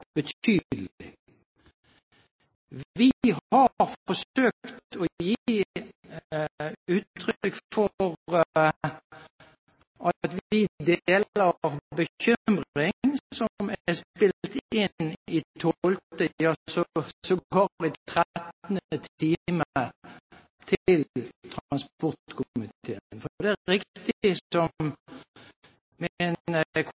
Vi har forsøkt å gi uttrykk for at vi deler bekymring som er